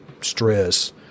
stress